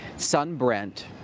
son brent,